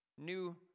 New